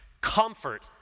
comfort